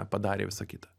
padarė visa kita